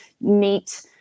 neat